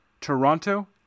Toronto